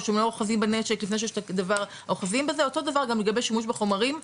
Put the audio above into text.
או שהם לא אוחזים בנשק לפני ש- אותו דבר גם לגבי שימוש בחומרים,